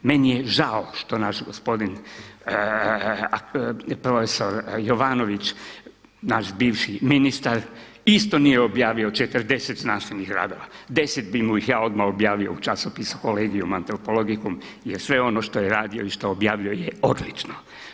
Meni je žao što naš gospodin profesor Jovanović, naš bivši ministar isto nije objavio 40 znanstvenih radova, 10 bi mu ih ja odmah objavio u časopisu Collegium Antropologicum jer sve ono što je radio i što objavljuje je odlično.